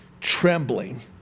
trembling